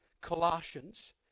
Colossians